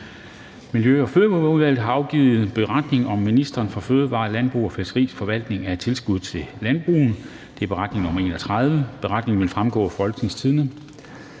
Miljø- og Fødevareudvalget har afgivet: Beretning om Ministeriet for Fødevarer, Landbrug og Fiskeris forvaltning af tilskud til landbrugere. (Beretning nr. 31). Beretningen vil fremgå af www.folketingstidende.dk.